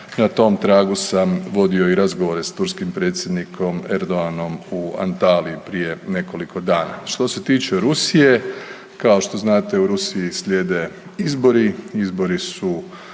Na to tragu sam vodio i razgovore s turskim predsjednikom Erdoganom u Antaliyi prije nekoliko dana. Što se tiče Rusije, kao što znate u Rusiji slijede izbori, izbori su